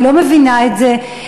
אני לא מבינה את זה.